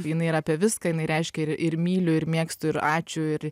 jinai yra apie viską jinai reiškia ir ir myliu ir mėgstu ir ačiū ir